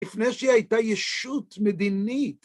לפני שהיא הייתה ישות מדינית.